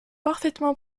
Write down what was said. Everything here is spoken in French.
parfaitement